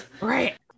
right